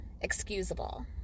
excusable